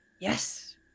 yes